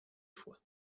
foix